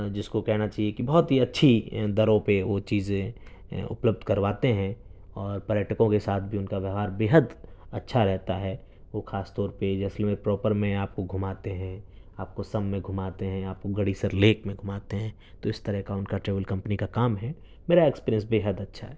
جس کو کہنا چاہیے کہ بہت ہی اچھی دروں پہ وہ چیزیں اپلبدھ کرواتے ہیں اور پریٹکوں کے ساتھ بھی ان کا ویوہار بیحد اچھا رہتا ہے اور خاص طور پہ جیلسلمیر پراپر میں آپ کو گھماتے ہیں آپ کو سم میں گھماتے ہیں آپ کو گڑھی سر لیک میں گھماتے ہیں تو اس طرح کا ان کا ٹریول کمپنی کا کام ہے میرا ایکسپیرینس بیحد اچھا ہے